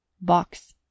Box